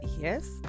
yes